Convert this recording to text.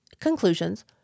conclusions